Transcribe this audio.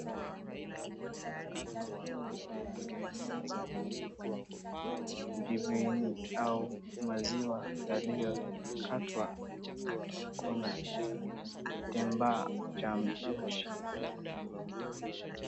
Kikakato wa kutengeneza jibini au maziwa yaliyo katwa. Kuna kitamba cha mish .